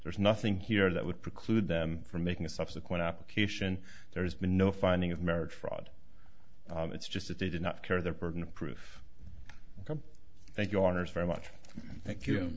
there's nothing here that would preclude them from making a subsequent application there's been no finding of marriage fraud it's just that they did not care their burden of proof thank you